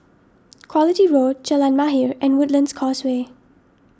Quality Road Jalan Mahir and Woodlands Causeway